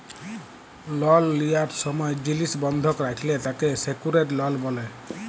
লল লিয়ার সময় জিলিস বন্ধক রাখলে তাকে সেক্যুরেড লল ব্যলে